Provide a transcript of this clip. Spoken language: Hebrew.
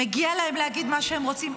מגיע להם להגיד מה שהם רוצים.